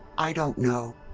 i don't know.